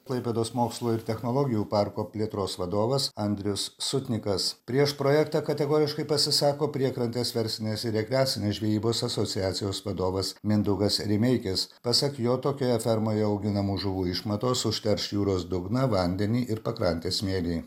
klaipėdos mokslo ir technologijų parko plėtros vadovas andrius sutnikas prieš projekte kategoriškai pasisako priekrantės verslinės rekreacinės žvejybos asociacijos vadovas mindaugas rimeikis pasak jo tokioje fermoje auginamų žuvų išmatos užterš jūros dugną vandenį ir pakrantės smėlį